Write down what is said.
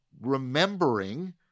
remembering